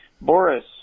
Boris